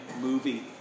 movie